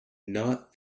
not